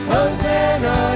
Hosanna